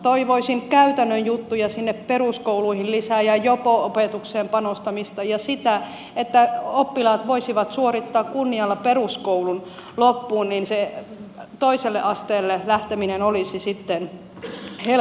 toivoisin käytännön juttuja sinne peruskouluihin lisää ja jopo opetukseen panostamista ja sitä että oppilaat voisivat suorittaa kunnialla peruskoulun loppuun niin että se toiselle asteelle lähteminen olisi sitten helpompaa